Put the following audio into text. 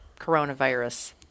coronavirus